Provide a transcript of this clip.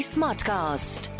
Smartcast